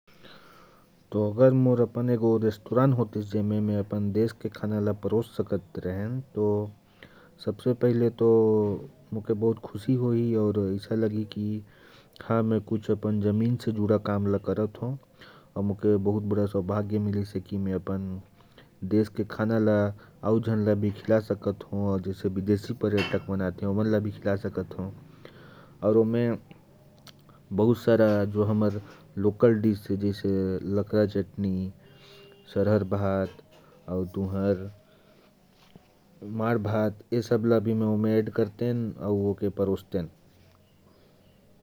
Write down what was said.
तो अगर मेरा एक रेस्टोरेंट होता, तो मैं अपने देश के खाने को परोस सकता हूँ और मुझे बहुत खुशी होती कि मैं अपने जमीन से जुड़ा काम कर रहा होता। अपने देश के खाने को विदेशी पर्यटकों को खिला सकता हूँ, और जो हमारे लोकल डिश हैं, जैसे लकड़ा चटनी और माड़ भात, उन्हें परोस सकता हूँ।